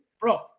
Bro